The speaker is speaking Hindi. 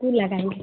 खुद लगाएंगे